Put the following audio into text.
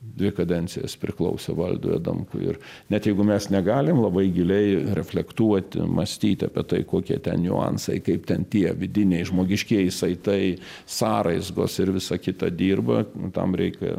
dvi kadencijas priklausė valdui adamkui ir net jeigu mes negalim labai giliai reflektuoti mąstyti apie tai kokie ten niuansai kaip ten tie vidiniai žmogiškieji saitai sąraizgos ir visą kitą dirba tam reikia